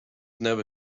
never